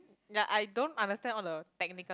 ya I don't understand all the technical